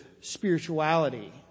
spirituality